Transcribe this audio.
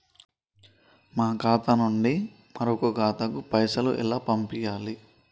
మా ఖాతా నుండి వేరొక ఖాతాకు పైసలు ఎలా పంపియ్యాలి?